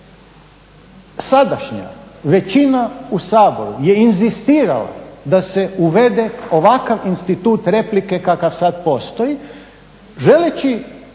sadašnja većina u Saboru je inzistirala da se uvede ovakav institut replike kakav sad postoji želeći